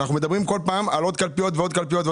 אנחנו מדברים על עוד ועוד קלפיות.